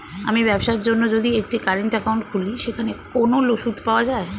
আমি ব্যবসার জন্য যদি একটি কারেন্ট একাউন্ট খুলি সেখানে কোনো সুদ পাওয়া যায়?